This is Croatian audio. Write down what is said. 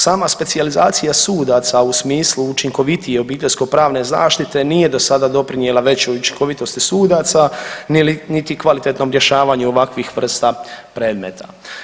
Sama specijalizacija sudaca u smislu učinkovitije obiteljsko pravne zaštite nije do sada doprinijela većoj učinkovitosti sudaca, niti kvalitetnom rješavanju ovakvih vrsta predmeta.